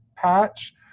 patch